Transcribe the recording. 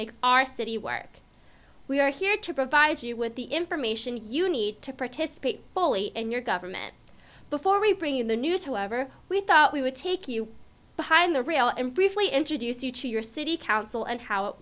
make our city work we are here to provide you with the information you need to participate fully in your government before we bring in the news however we thought we would take you behind the rail and briefly introduce you to your city council and how it